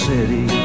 City